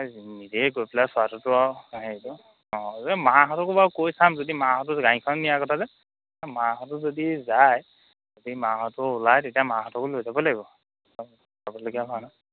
নিজেই গৈ পেলাই চোৱাটোতো আৰু সেইটোৱমাহঁতকো বাৰু কৈ চাম যদি মাহঁতো গাড়ীখন নিয়া কথা যে মাহঁতো যদি যায় যদি মাহঁতো ওলায় তেতিয়া মাহঁতকো লৈ যাব লাগিব অঁ চাবলগীয়া ভাওনা